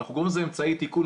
אנחנו קוראים לזה אמצעי תיקון.